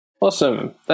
awesome